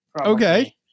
Okay